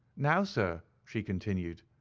now, sir she continued,